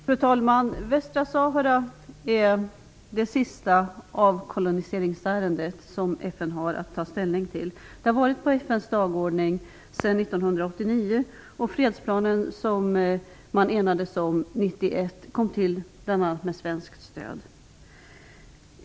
Fru talman! Västra Sahara är det sista avkoloniseringsärendet som FN har att ta ställning till. Det har varit på FN:s dagordning sedan 1989, och den fredsplan man enades om 1991 kom till bl.a. med svenskt stöd.